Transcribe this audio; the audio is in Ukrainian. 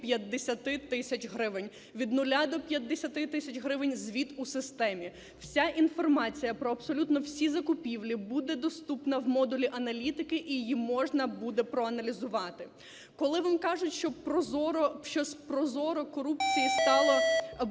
Від 0 до 50 тисяч гривень – звіт у системі. Вся інформація про абсолютно всі закупівлі буде доступна в модулі аналітики і її можна буде проаналізувати. Коли вам кажуть, що ProZorro… що з